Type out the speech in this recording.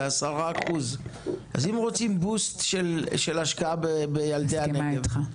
10%. אם רוצים בוסט של השקעה בילדי הנגב,